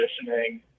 conditioning